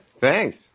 Thanks